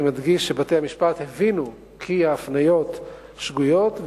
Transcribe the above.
אני מדגיש שבתי-המשפט הבינו כי ההפניות שגויות,